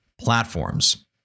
platforms